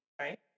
right